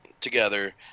together